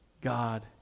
God